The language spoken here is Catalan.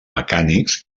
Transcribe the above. mecànics